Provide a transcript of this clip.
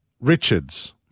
Richards